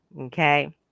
Okay